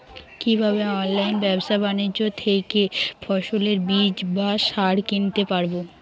কীভাবে অনলাইন ব্যাবসা বাণিজ্য থেকে ফসলের বীজ বা সার কিনতে পারবো?